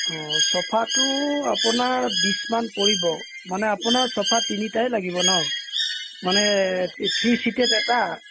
চফাটো আপোনাৰ বিছ মান পৰিব মানে আপোনাৰ চফা তিনিটাই লাগিব ন মানে থ্ৰী চিটেড এটা